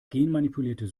genmanipuliertes